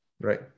right